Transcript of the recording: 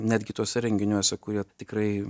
netgi tuose renginiuose kurie tikrai